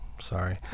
Sorry